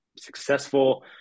successful